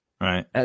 Right